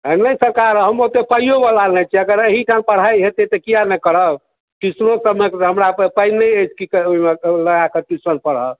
नहि सरकार हम ओतेक पाइओवला नहि छी अगर एही ठाम पढ़ाइ हेतै तऽ किया नहि करब फीसोके पेमेंट हमरा तऽ पाइ नहि अछि की करबै लगा कऽ ट्यूशन पढ़ब